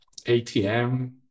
ATM